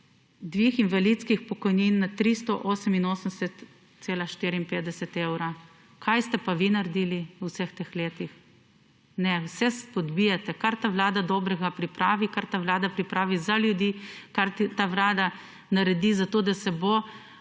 dvig invalidskih pokojnin na 388,54 evra. Kaj ste pa vi naredili v vseh teh letih? Ne, vse spodbijate, kar ta Vlada dobrega pripravi, kar ta Vlada pripravi za ljudi, kar ta Vlada naredi za to, da se bo